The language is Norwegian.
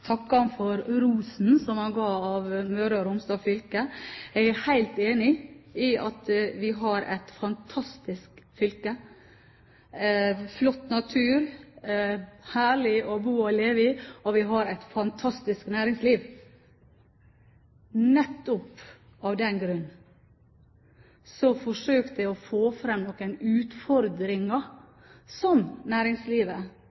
ham for rosen som han ga til Møre og Romsdal fylke. Jeg er helt enig i at vi har et fantastisk fylke, en flott natur – herlig å bo og å leve i – og vi har et fantastisk næringsliv. Nettopp av den grunn forsøkte jeg å få fram noen